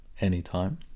anytime